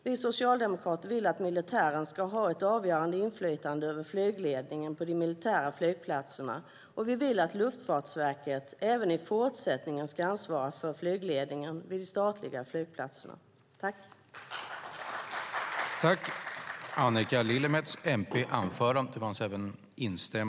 Vi socialdemokrater vill att militären ska ha ett avgörande inflytande över flygledningen på de militära flygplatserna, och vi vill att Luftfartsverket även i fortsättningen ska ansvara för flygledningen vid de statliga flygplatserna. I detta anförande instämde Monica Green, Lars Mejern Larsson, Leif Pettersson och Anders Ygeman .